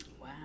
Wow